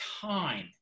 time